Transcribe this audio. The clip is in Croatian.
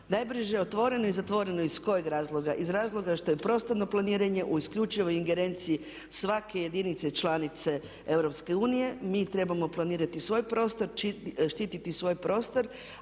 Najbrže otvoreno i zatvoreno, iz kojeg razloga? Iz razloga što je prostorno planiranje u isključivo ingerenciji svake jedinice članice Europske unije. Mi trebamo planirati svoj prostor, štiti svoj prostor